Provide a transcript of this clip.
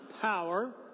power